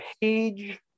page